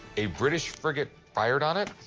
a british frigate fired on it.